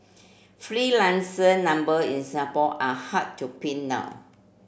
freelancer number in Singapore are hard to pin down